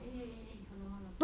eh eh eh hello hello